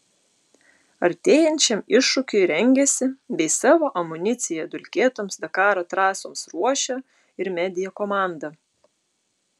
artėjančiam iššūkiui rengiasi bei savo amuniciją dulkėtoms dakaro trasoms ruošia ir media komanda